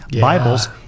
Bibles